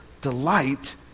delight